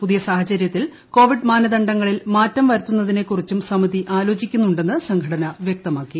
പുതിയ സാഹചര്യത്തിൽ കോവിഡ് മാനദണ്ഡങ്ങളിൽ മാറ്റം വരുത്തുന്നതിനെക്കുറിച്ചും സമിതി ആലോചിക്കുന്നുണ്ടെന്ന് സംഘടന വ്യക്തമാക്കി